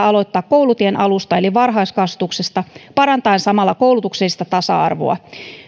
aloittaa koulutien alusta eli varhaiskasvatuksesta parantaen samalla koulutuksellista tasa arvoa